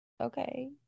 okay